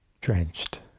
drenched